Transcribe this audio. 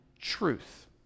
truth